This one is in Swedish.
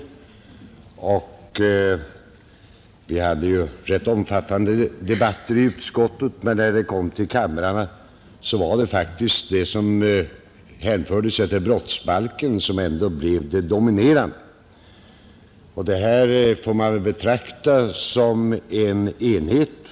Visst hade vi i konstitutionsutskottet en rätt omfattande debatt i ärendet men när frågan kom till kamrarna var det faktiskt det som hänförde sig till brottsbalken som dominerade, Man får väl betrakta detta frågekomplex som en enhet.